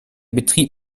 betrieb